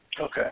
Okay